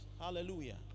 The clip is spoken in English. Hallelujah